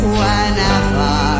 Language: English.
whenever